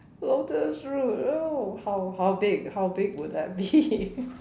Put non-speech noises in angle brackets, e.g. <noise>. lotus root oh how how big how big would that be <laughs>